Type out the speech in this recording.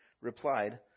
replied